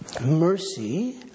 mercy